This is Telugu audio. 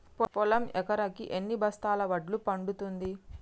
పొలం ఎకరాకి ఎన్ని బస్తాల వడ్లు పండుతుంది?